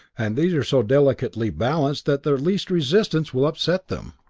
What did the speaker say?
and these are so delicately balanced that the least resistance will upset them.